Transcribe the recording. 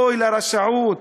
אוי לרשעות,